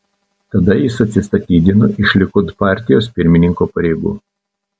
tada jis atsistatydino iš likud partijos pirmininko pareigų